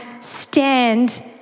stand